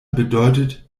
bedeutet